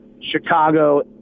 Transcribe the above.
Chicago